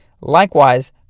Likewise